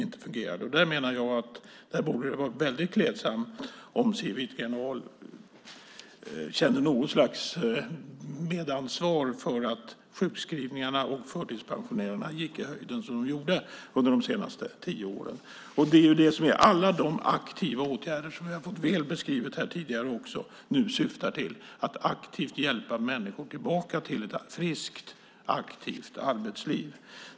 Jag menar att det vore väldigt klädsamt om Siw Wittgren-Ahl kände något slags medansvar för att sjukskrivningarna och förtidspensioneringarna gick i höjden som de gjorde under de senaste tio åren. Alla de aktiva åtgärder som vi har fått väl beskrivna här tidigare syftar till att hjälpa människor tillbaka till ett friskt, aktivt arbetsliv.